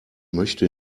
möchte